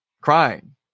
crying